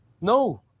no